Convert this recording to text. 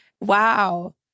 Wow